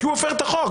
הוא הפר את החוק.